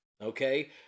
Okay